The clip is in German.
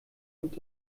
und